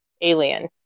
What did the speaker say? Alien